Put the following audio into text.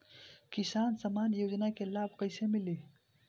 किसान सम्मान योजना के लाभ कैसे मिली?